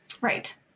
Right